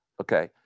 Okay